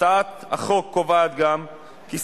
לעניין הטעמים הבלתי סבירים בהקשר זה מוצע לקבוע כי יראו,